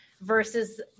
versus